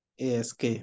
Ask